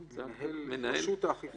50%. הוא לא מקבל את הכסף כי הוא רק מעביר.